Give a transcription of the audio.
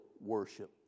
worship